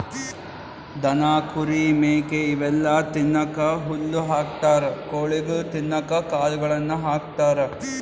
ದನ ಕುರಿ ಮೇಕೆ ಇವೆಲ್ಲಾ ತಿನ್ನಕ್ಕ್ ಹುಲ್ಲ್ ಹಾಕ್ತಾರ್ ಕೊಳಿಗ್ ತಿನ್ನಕ್ಕ್ ಕಾಳುಗಳನ್ನ ಹಾಕ್ತಾರ